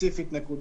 רק פיקוד